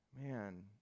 man